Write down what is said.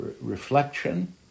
reflection